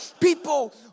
people